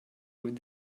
with